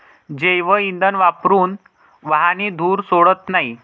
जैवइंधन वापरून वाहने धूर सोडत नाहीत